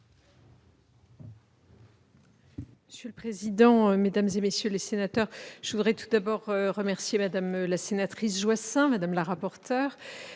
Monsieur le président, mesdames, messieurs les sénateurs, je voudrais tout d'abord remercier Mme la sénatrice Joissains, rapporteur